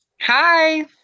Hi